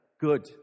good